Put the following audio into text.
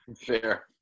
Fair